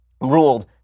ruled